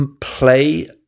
play